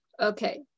okay